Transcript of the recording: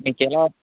మీకెలా